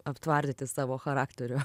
aptvardyti savo charakterio